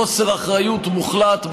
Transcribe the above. חוסר אחריות מוחלט.